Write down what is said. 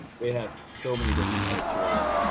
they have so many different criteria.